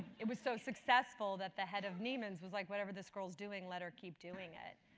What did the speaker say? it was so successful that the head of neiman's was like, whatever this girl's doing, let her keep doing it.